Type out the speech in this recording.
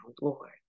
Lord